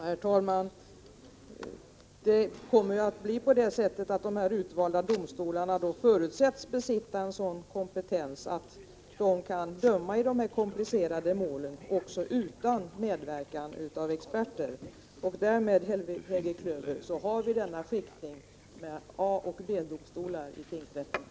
Herr talman! Det kommer att bli på det sättet att de utvalda domstolarna förutsätts besitta en sådan kompetens att de kan döma i dessa komplicerade mål också utan medverkan av experter. Därmed, Helge Klöver, har vi denna skiktning i A och B-domstolar bland tingsrätterna.